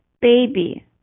baby